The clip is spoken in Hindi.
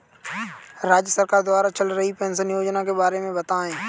राज्य सरकार द्वारा चल रही पेंशन योजना के बारे में बताएँ?